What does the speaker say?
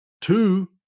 two